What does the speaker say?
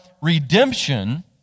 redemption